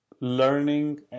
learning